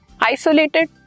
Isolated